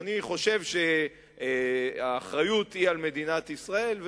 אני חושב שהאחריות היא על מדינת ישראל,